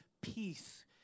peace